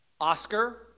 Oscar